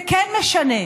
זה כן משנה.